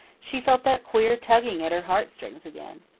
she felt that queer tugging at her heart-strings again.